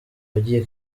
wagiye